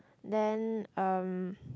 then um